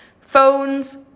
phones